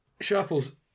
Sharples